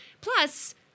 Plus